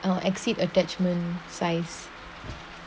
I will exceed attachment size